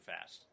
fast